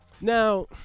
Now